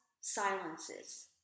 silences